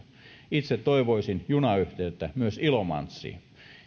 itse toivoisin junayhteyttä myös ilomantsiin